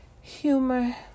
humor